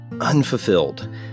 unfulfilled